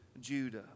Judah